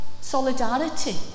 solidarity